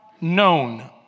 known